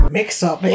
mix-up